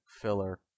filler